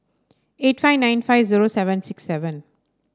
eight five nine five zero seven six seven